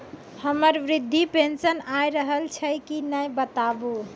हमर वृद्धा पेंशन आय रहल छै कि नैय बताबू?